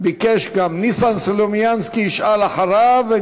ביקש גם ניסן סלומינסקי לשאול אחריו,